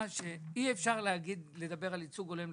שאי אפשר לדבר על ייצוג הולם לחרדים,